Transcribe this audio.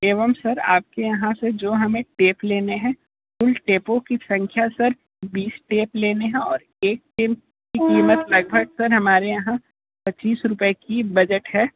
एवं सर आपके यहां से जो हमें टेप लेने हैं उन टेपों कि संख्या सर बीस टेप लेने हैं और एक टेप की कीमत लगभग सर हमारे यहां पच्चीस रुपये की बजट है